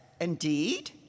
indeed